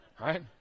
Right